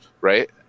right